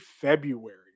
February